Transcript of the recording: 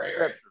right